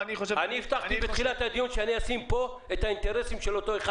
אני הבטחתי בתחילת הדיון שאני אשים פה את האינטרסים של אותו אחד.